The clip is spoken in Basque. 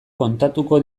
kontatuko